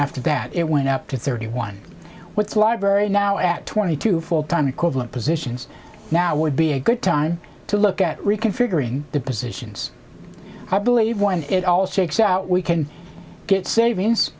after that it went up to thirty one what's the library now at twenty two full time equivalent positions now would be a good time to look at reconfiguring the positions i believe when it all shakes out we can get savings